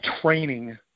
training